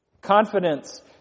confidence